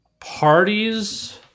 Parties